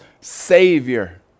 Savior